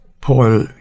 Paul